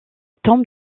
tombe